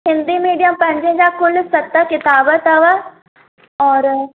Hindi medium पंजे जा कुल सत किताब अथव और